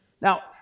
Now